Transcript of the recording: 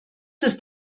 ist